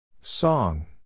Song